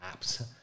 apps